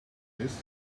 this